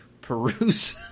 peruse